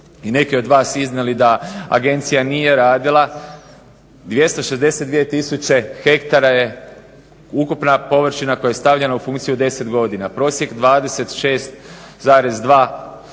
i neki od vas iznijeli da Agencija nije radila. 262000 ha je ukupna površina koja je stavljena u funkciju 10 godina, prosjek 26,2